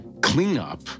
clean-up